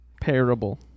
parable